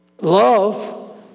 Love